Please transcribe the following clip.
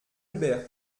albert